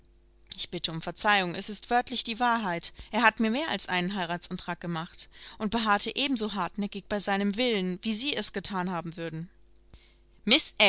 ich bitte um verzeihung es ist wörtlich die wahrheit er hat mir mehr als einen heiratsantrag gemacht und beharrte ebenso hartnäckig bei seinem willen wie sie es gethan haben würden